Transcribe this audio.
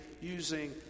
using